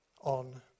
on